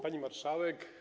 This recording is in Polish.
Pani Marszałek!